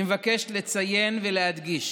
אני מבקש לציין ולהדגיש